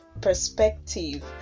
perspective